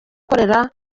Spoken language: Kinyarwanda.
ikorera